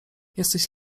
jesteś